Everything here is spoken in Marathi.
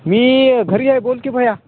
मी घरी आहे बोल की भैया